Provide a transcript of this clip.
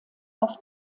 auf